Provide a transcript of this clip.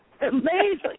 Amazing